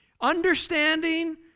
Understanding